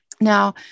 Now